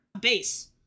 base